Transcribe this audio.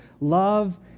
love